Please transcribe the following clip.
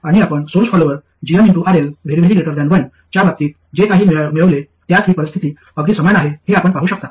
आणि आपण source follower gmRL 1 च्या बाबतीत जे काही मिळवले त्यास ही परिस्थिती अगदी समान आहे हे आपण पाहू शकता